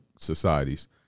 societies